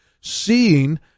seeing